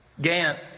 Gant